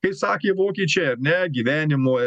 kai sakė vokiečiai ne gyvenimo